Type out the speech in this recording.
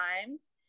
times